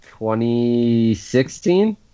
2016